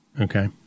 Okay